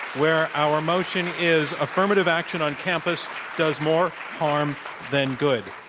where our motion is affirmative action on campus does more harm than good.